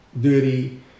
dirty